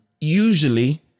Usually